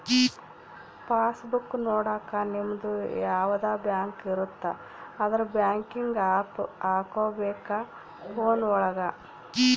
pass book ನೊಡಕ ನಿಮ್ಡು ಯಾವದ ಬ್ಯಾಂಕ್ ಇರುತ್ತ ಅದುರ್ ಬ್ಯಾಂಕಿಂಗ್ ಆಪ್ ಹಕೋಬೇಕ್ ಫೋನ್ ಒಳಗ